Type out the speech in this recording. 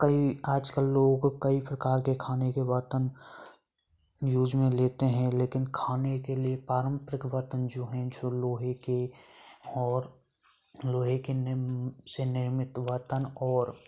कई आज कल लोग कई प्रकार के खाने के बर्तन यूज में लेते हैं लेकिन खाने के लिए पारंपरिक बर्तन जो हैं जो लोहे के और लोहे के निर्म से निर्मित बर्तन और